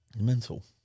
Mental